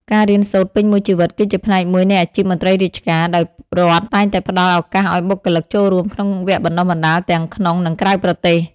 ការរៀនសូត្រពេញមួយជីវិតគឺជាផ្នែកមួយនៃអាជីពមន្ត្រីរាជការ ដោយរដ្ឋតែងតែផ្តល់ឱកាសឱ្យបុគ្គលិកចូលរួមក្នុងវគ្គបណ្តុះបណ្តាលទាំងក្នុង និងក្រៅប្រទេស។